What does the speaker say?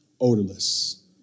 odorless